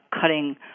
cutting